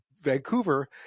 Vancouver